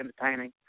entertaining